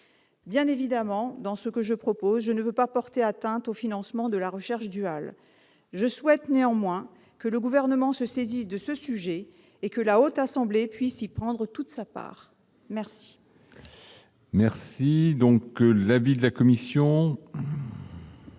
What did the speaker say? Bien évidemment, je ne veux pas porter atteinte au financement de la recherche duale. Je souhaite néanmoins que le Gouvernement se saisisse de ce sujet et que la Haute Assemblée puisse prendre toute sa part à